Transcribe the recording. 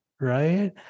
Right